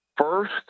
first